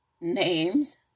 names